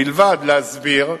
מלבד להסביר,